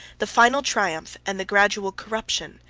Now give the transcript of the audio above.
the final triumph, and the gradual corruption,